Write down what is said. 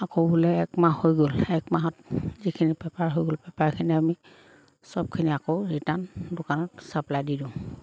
আকৌ বোলে এক মাহ হৈ গ'ল এক মাহত যিখিনি পেপাৰ হৈ গ'ল পেপাৰখিনি আমি চবখিনি আকৌ ৰিটাৰ্ণ দোকানত চাপ্লাই দি দিওঁ